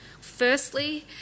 Firstly